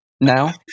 now